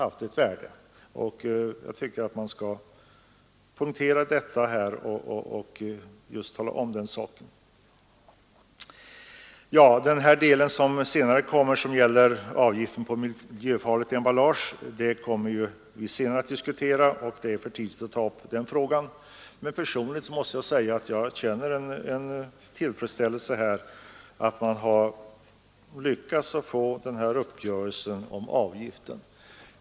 Avgiften på miljöfarligt emballage kommer vi att diskutera senare — det är för tidigt att ta upp den frågan nu. Men personligen måste jag säga att jag känner tillfredsställelse över att man lyckats få till stånd en uppgörelse om en avgift.